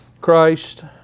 Christ